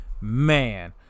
Man